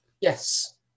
Yes